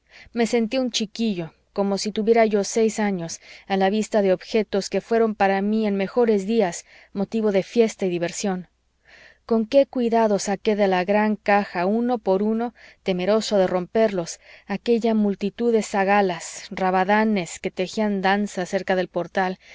me sentí un chiquillo como si tuviera yo seis años a la vista de objetos que fueron para mí en mejores días motivo de fiesta y diversión con qué cuidado saqué de la gran caja uno por uno temeroso de romperlos aquella multitud de zagalas y rabadanes que tejían danzas cerca del portal